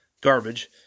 garbage